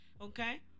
Okay